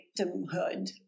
victimhood